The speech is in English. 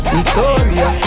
Victoria